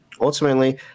ultimately